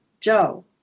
joe